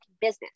business